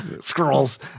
scrolls